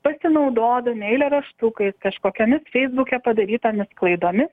pasinaudodami eilėraštukais kažkokiomis feisbuke padarytomis klaidomis